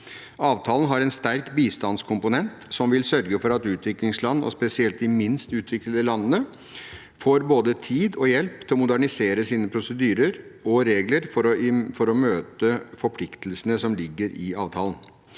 Avtalen har en sterk bistandskomponent som vil sørge for at utviklingsland, og spesielt de minst utviklede landene, får både tid og hjelp til å modernisere sine prosedyrer og regler for å møte forpliktelsene som ligger i avtalen.